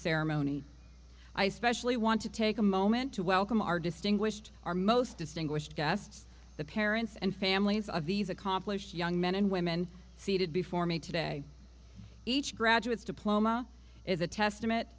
ceremony i specially want to take a moment to welcome our distinguished our most distinguished guests the parents and families of these accomplished young men and women seated before me today each graduates diploma is a testament